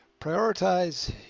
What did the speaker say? prioritize